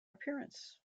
appearance